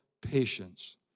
patience